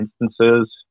instances